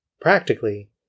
practically